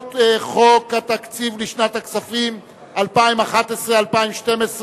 הצעת חוק התקציב לשנת הכספים 2011 2012,